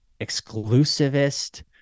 exclusivist